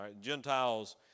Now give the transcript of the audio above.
Gentiles